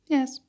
Yes